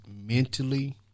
mentally